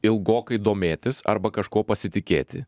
ilgokai domėtis arba kažkuo pasitikėti